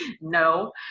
No